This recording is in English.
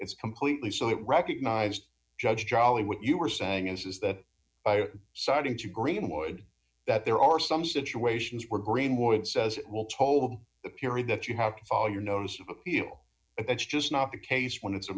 it's completely so it recognized judge jolly what you were saying is that starting to greenwood that there are some situations where greenwood says will told the period that you have to file your notice of appeal that's just not the case when it's a